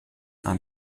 are